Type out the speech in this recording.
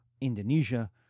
Indonesia